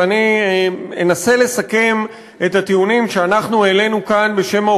ואני אנסה לסכם את הטיעונים שהעלינו כאן